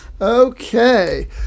Okay